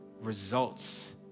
results